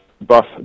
buff